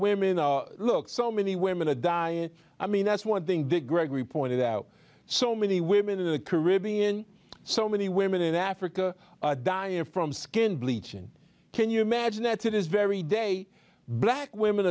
women look so many women are dying i mean that's one thing the gregory pointed out so many women in the caribbean so many women in africa dying from skin bleaching can you imagine that it is very day black women